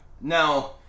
Now